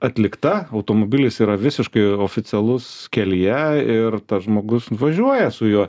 atlikta automobilis yra visiškai oficialus kelyje ir tas žmogus važiuoja su juo